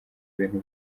bintu